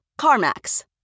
CarMax